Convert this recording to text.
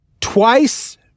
twice